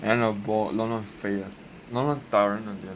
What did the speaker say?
and the ball 乱乱飞乱乱打人而已 [one]